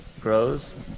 Grows